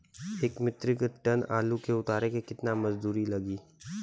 एक metric ton आलू के उतारे मे कितना मजदूर लागि?